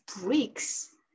bricks